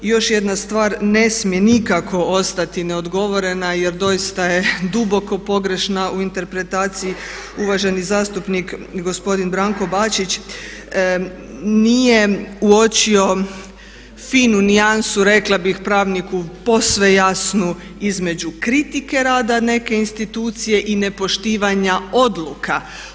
I još jedna stvar, ne smije nikako ostati neodgovorena jer doista je duboko pogreška u interpretaciji, uvaženi zastupnik gospodin Branko Bačić nije uočio finu nijansu rekla bih u pravilniku, posve jasnu između kritike rada neke institucije i nepoštivanja odluka.